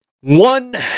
One